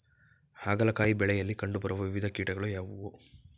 ಹಾಗಲಕಾಯಿ ಬೆಳೆಯಲ್ಲಿ ಕಂಡು ಬರುವ ವಿವಿಧ ಕೀಟಗಳು ಯಾವುವು?